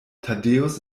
thaddäus